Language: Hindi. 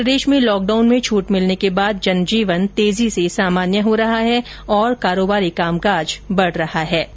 इधर प्रदेश में लॉकडाउन में छूट मिलने के बाद जनजीवन तेजी से सामान्य हो रहा है और कारोबारी कामकाज बढ रहा है